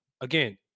again